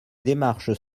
démarches